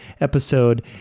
episode